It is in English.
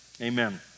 amen